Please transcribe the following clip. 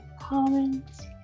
Comments